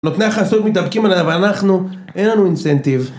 נותני החסות מתדבקים עליה ואנחנו אין לנו אינסנטיב